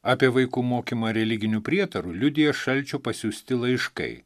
apie vaikų mokymą religinių prietarų liudija šalčio pasiųsti laiškai